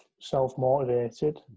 self-motivated